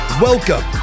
Welcome